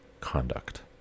conduct